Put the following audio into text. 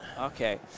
Okay